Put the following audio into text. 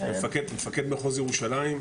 ניסים טויטו, מפקד מחוז ירושלים,